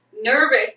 nervous